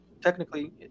technically